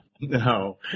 No